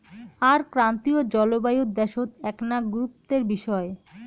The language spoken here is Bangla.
আর ক্রান্তীয় জলবায়ুর দ্যাশত এ্যাকনা গুরুত্বের বিষয়